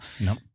No